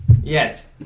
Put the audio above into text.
Yes